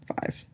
five